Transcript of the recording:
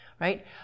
right